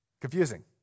Confusing